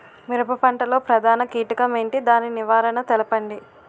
మిరప పంట లో ప్రధాన కీటకం ఏంటి? దాని నివారణ తెలపండి?